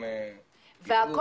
גם --- וכל